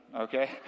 okay